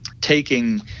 taking